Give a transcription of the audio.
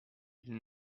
ils